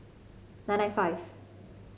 nine nine five